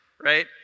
right